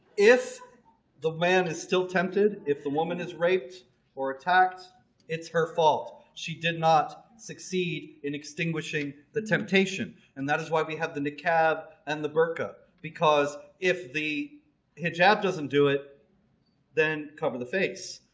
if the man is still tempted if the woman is raped or attacked it's her fault she did not succeed in extinguishing the temptation and that is why we have the niqab and the burqa because if the hijab doesn't do it then cover the face